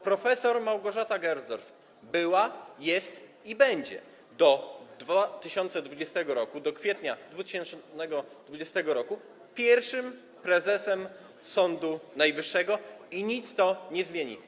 Prof. Małgorzata Gersdorf była, jest i będzie do 2020 r., do kwietnia 2020 r., pierwszym prezesem Sądu Najwyższego i nic tego nie zmieni.